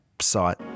site